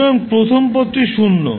সুতরাং প্রথম পদটি শূন্য